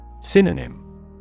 Synonym